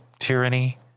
tyranny